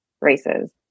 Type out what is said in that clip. races